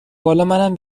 بالامنم